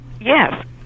Yes